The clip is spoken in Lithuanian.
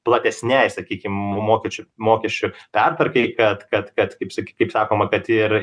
platesniai sakykim mokesčių mokesčių pertvarkai kad kad kad kaip sakyt kaip sakoma kad ir